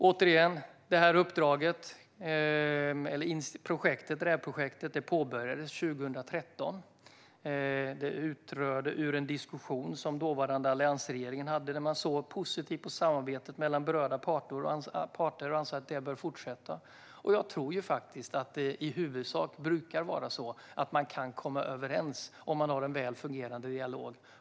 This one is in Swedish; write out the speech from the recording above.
Återigen: RÄV-projektet påbörjades 2013. Det kom ur en diskussion som den dåvarande alliansregeringen hade, där man såg positivt på samarbetet mellan berörda parter och ansåg att detta bör fortsätta. Jag tror att det i huvudsak brukar vara så att det går att komma överens om det finns en väl fungerande dialog.